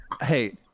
hey